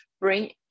bring